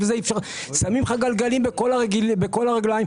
שמים לך גלגלים בכל הרגליים.